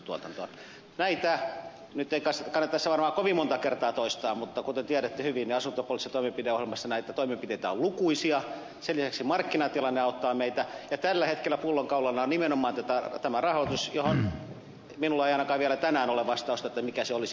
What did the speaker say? nyt ei kannata varmaan tässä kovin montaa kertaa toistaa mutta kuten tiedätte hyvin niin asuntopoliittisessa toimenpideohjelmassa näitä toimenpiteitä on lukuisia sen lisäksi markkinatilanne auttaa meitä ja tällä hetkellä pullonkaulana on nimenomaan tämä rahoitus johon minulla ei ainakaan vielä tänään ole vastausta mikä se olisi